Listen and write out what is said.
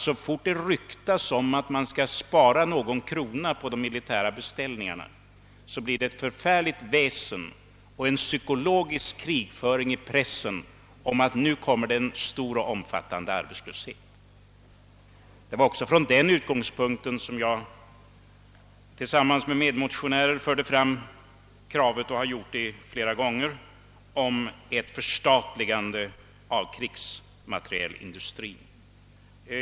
Så fort det ryktas om att man skall spara någon krona på de militära beställningarna, så blir det ett förfärligt väsen och en psykologisk krigföring i pressen, som säger att vi då får en stor och omfattande arbetslöshet. Det är också av det skälet som jag och några andra motionärer nu liksom flera gånger tidigare fört fram kravet på ett förstatligande av krigsmaterielindustrin.